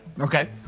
Okay